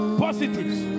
positives